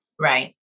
Right